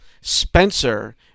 Spencer